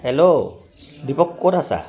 hello Deepak ক'ত আছা